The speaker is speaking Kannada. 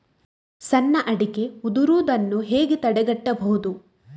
ಸಣ್ಣ ಅಡಿಕೆ ಉದುರುದನ್ನು ಹೇಗೆ ತಡೆಗಟ್ಟಬಹುದು?